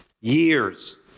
Years